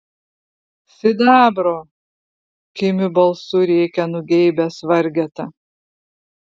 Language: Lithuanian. sidabro kimiu balsu rėkia nugeibęs vargeta